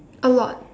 a lot